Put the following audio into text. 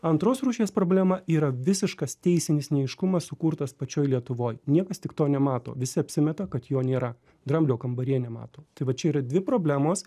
antros rūšies problema yra visiškas teisinis neaiškumas sukūrtas pačioj lietuvoj niekas tik to nemato visi apsimeta kad jo nėra dramblio kambaryje nemato tai va čia yra dvi problemos